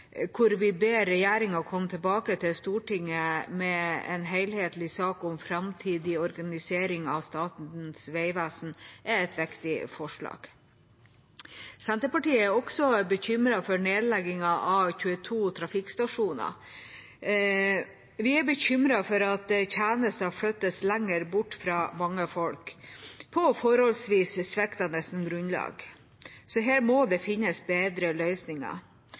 vi ber regjeringa komme tilbake til Stortinget med en helhetlig sak om framtidig organisering av Statens vegvesen, er et viktig forslag. Senterpartiet er også bekymret for nedleggelsen av 22 trafikkstasjoner. Vi er bekymret for at kjernen skal flyttes lenger bort fra mange folk på forholdsvis sviktende grunnlag. Her må det finnes bedre løsninger.